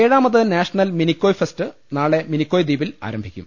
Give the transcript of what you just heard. ഏഴാമത് national Minicoy fest നാളെ മിനിക്കോയ് ദ്വീപിൽ ആരംഭിക്കും